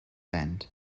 bend